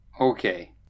Okay